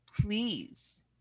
please